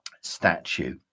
statue